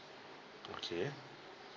okay